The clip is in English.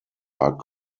are